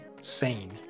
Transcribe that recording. sane